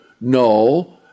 No